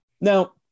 Now